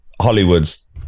Hollywood's